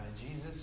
Jesus